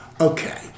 Okay